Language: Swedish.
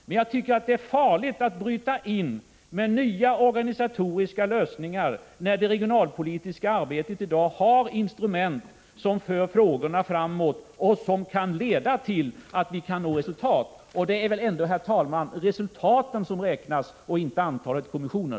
Men jag tycker att det är farligt att bryta in med nya organisatoriska lösningar när vi i det regionalpolitiska 87 arbetet i dag har instrument som för frågorna framåt och som kan leda till att vi når resultat. Det är väl ändå, herr talman, resultaten som räknas och inte antalet kommissioner?